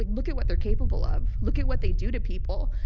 like look at what they're capable of. look at what they do to people.